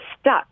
stuck